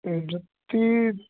ਜੁੱਤੀ